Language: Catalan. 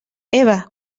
eva